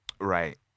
Right